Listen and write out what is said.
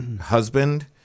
husband